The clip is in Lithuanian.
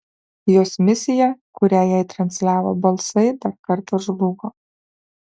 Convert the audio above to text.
jos misija kurią jai transliavo balsai dar kartą žlugo